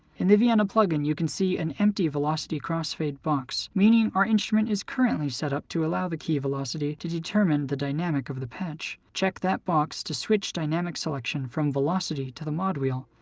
in the vienna plug-in, you can see an empty velocity crossfade box, meaning our instrument is currently set up to allow the key velocity to determine the dynamic of the patch. check that box to switch dynamic selection from velocity to the mod wheel.